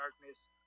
darkness